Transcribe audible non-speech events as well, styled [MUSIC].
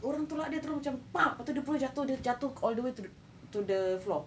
orang tolak dia terus macam [NOISE] lepas tu dia terus jatuh dia jatuh all the way to the to the floor